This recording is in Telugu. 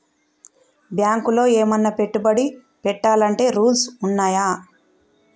బ్యాంకులో ఏమన్నా పెట్టుబడి పెట్టాలంటే రూల్స్ ఉన్నయా?